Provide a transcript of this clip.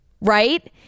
right